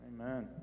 amen